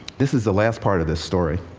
this is the last part of this story,